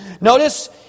Notice